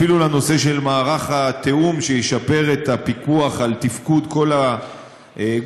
אפילו לנושא של מערך התיאום שישפר את הפיקוח על תפקוד כל הגופים,